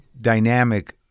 dynamic